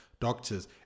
doctors